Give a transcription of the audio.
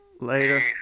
Later